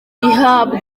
ihabwa